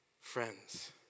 friends